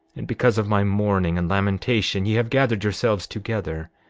and because of my mourning and lamentation ye have gathered yourselves together,